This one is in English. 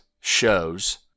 shows